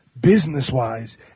business-wise